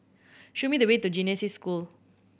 show me the way to Genesis School